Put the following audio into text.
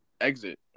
exit